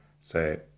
say